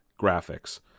graphics